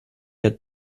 hat